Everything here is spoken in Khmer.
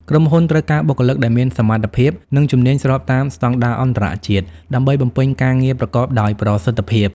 ក្រុមហ៊ុនត្រូវការបុគ្គលិកដែលមានសមត្ថភាព និងជំនាញស្របតាមស្តង់ដារអន្តរជាតិ ដើម្បីបំពេញការងារប្រកបដោយប្រសិទ្ធភាព។